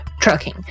Trucking